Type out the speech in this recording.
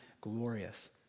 glorious